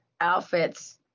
outfits